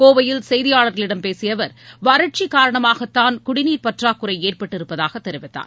கோவையில் செய்தியாளர்களிடம் பேசிய அவர் வறட்சிக் காரணமாகதான் குடிநீர் பற்றாக்குறை ஏற்பட்டுருப்பதாக தெரிவித்தார்